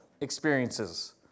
experiences